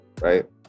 right